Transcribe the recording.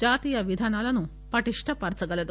జాతీయ విధానాలను పటిష్టపర్చగలదు